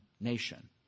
nation